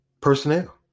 personnel